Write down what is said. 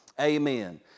Amen